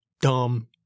Dumb